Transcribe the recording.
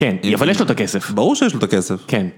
כן, אבל יש לו את הכסף. ברור שיש לו את הכסף. כן.